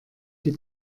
die